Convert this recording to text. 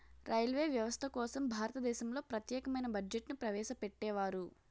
railway వ్యవస్థ కోసం భారతదేశంలో ప్రత్యేకమైన బడ్జెట్ను ప్రవేశపెట్టేవారు